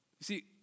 see